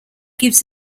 gives